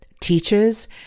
teaches